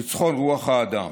ניצחון רוח האדם.